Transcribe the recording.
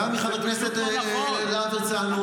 גם מחבר הכנסת להב הרצנו,